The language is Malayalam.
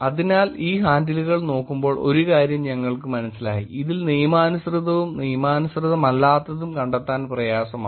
അതിനാൽ ഈ ഹാൻഡിലുകൾ നോക്കുമ്പോൾ ഒരു കാര്യം ഞങ്ങൾക്ക് മനസ്സിലായി ഇതിൽ നിയമാനുസൃതവും നിയമാനുസൃതമല്ലാത്തതും കണ്ടെത്താൻ പ്രയാസമാണ്